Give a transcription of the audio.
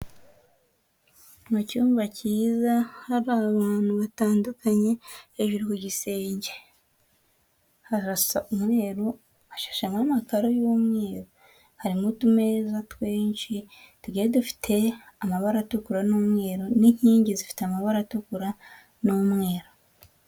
Mu cyumba cyiza hari abantu batandukanye, hejuru ku gisenge harasa umweru, hashashemo amakaro y'umweru, harimo utumeza twinshi tugiye dufite amabara atukura n'umweru, n'inkingi zifite amabara atukura n'umweru.